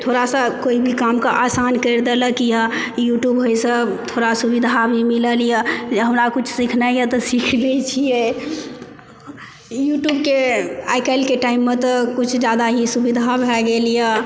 थोड़ा सा कोई भी काम के आसान कर देलक यऽ युट्युब होइसँ थोड़ा सुविधा भी मिलल हमरा किछु सीखनाइ यऽ तऽ सिख लै छियै युट्युबके आइकाल्हिके टाइम मे तऽ किछु जादा ही सुविधा भए गेल यऽ